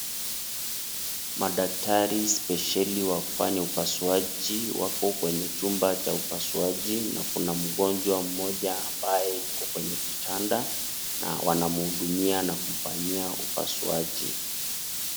Madaktari spesheli wa kufanya upasuaji wako kwenye chumba cha upasuaji na kuna mgonjwa mmoja ambaye yuko kwenye kitanda na wanamhudumia na kumfanyia upasuaji.